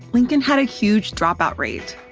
lincoln had a huge dropout rate,